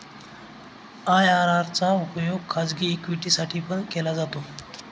IRR चा उपयोग खाजगी इक्विटी साठी पण केला जातो